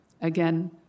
Again